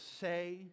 say